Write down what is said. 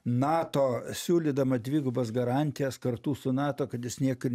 nato siūlydama dvigubas garantijas kartu su nato kad jis niekad